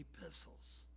epistles